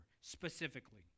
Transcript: specifically